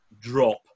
drop